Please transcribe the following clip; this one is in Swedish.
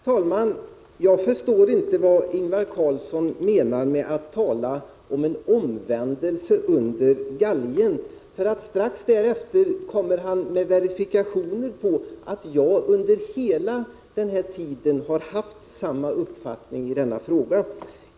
Herr talman! Jag förstår inte vad Ingvar Karlsson i Bengtsfors menade när han talade om en omvändelse under galgen. Strax därefter verifierade han ju att jag hela tiden har haft samma uppfattning i denna fråga.